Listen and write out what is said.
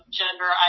gender